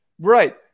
Right